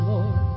Lord